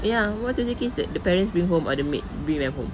ya about twenty kids that the parents bring home or the maid bring back home